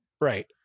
right